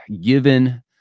given